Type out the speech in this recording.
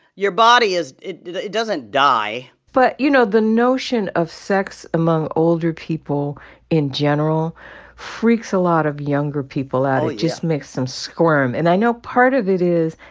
your body is it it doesn't die but, you know, the notion of sex among older people in general freaks a lot of younger people out oh, yeah it just makes them squirm. and i know part of it is,